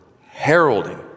heralding